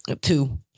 two